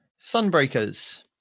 sunbreakers